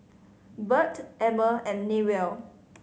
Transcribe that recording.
Burt Emmer and Newell